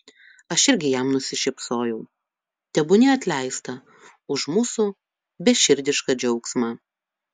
aš irgi jam nusišypsojau tebūnie atleista už mūsų beširdišką džiaugsmą